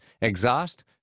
exhaust